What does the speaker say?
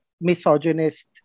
misogynist